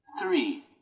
three